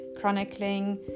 chronicling